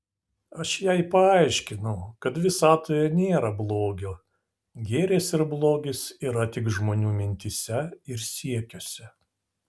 aš jai paaiškinau kad visatoje nėra blogio gėris ir blogis yra tik žmonių mintyse ir siekiuose